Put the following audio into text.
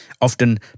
often